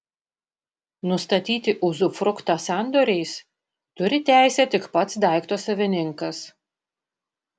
nustatyti uzufruktą sandoriais turi teisę tik pats daikto savininkas